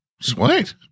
Sweet